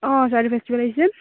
অঁ ফেষ্টিভেল আহিছে